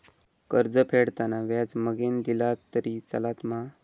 कर्ज फेडताना व्याज मगेन दिला तरी चलात मा?